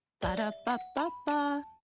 Ba-da-ba-ba-ba